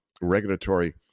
regulatory